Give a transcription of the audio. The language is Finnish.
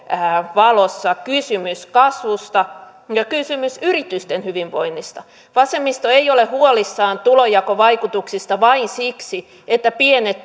valossa kysymys kasvusta ja yritysten hyvinvoinnista vasemmisto ei ole huolissaan tulonjakovaikutuksista vain siksi että pienet